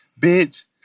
Bitch